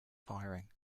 firing